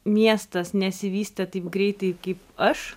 miestas nesivystė taip greitai kaip aš